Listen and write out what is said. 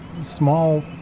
small